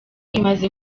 imaze